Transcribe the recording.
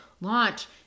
launch